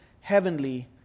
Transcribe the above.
heavenly